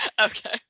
Okay